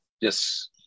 Yes